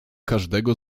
każdego